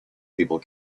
people